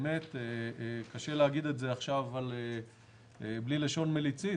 קשה להגיד בלי לשון מליצית,